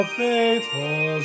faithful